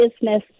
business